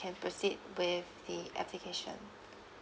can proceed with the application